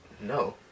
No